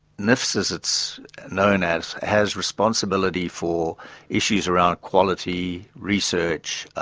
nifs as it's known as, has responsibility for issues around quality, research,